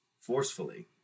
forcefully